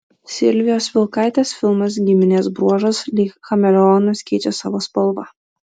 silvijos vilkaitės filmas giminės bruožas lyg chameleonas keičia savo spalvą